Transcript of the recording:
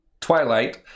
twilight